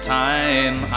time